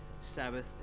Sabbath